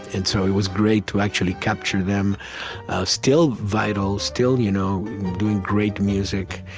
and so it was great to actually capture them still vital, still you know doing great music.